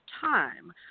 time